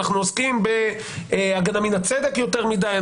אנחנו עוסקים בהגנה מן הצדק יותר מדיי,